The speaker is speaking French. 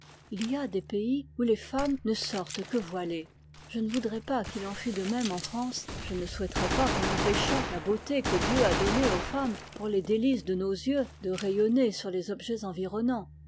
il y a des pays où les femmes ne sortent que voilées je ne voudrais pas qu'il en fût de même en france je ne souhaiterais pas qu'on empêchât la beauté que dieu a donnée aux femmes pour les délices de nos yeux de rayonner sur les objets environnans